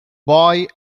boy